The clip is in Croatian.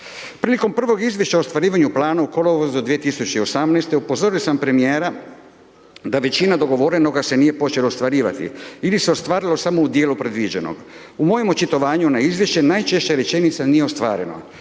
Prilikom prvog izvješća o ostvarivanju planu u kolovozu 2018. upozorio sam premijera da većina dogovorenoga se nije počelo ostvarivati ili se ostvarilo samo u djelu predviđenog. U mojem očitovanju na izvješće najčešća rečenica: „Nije ostvareno.“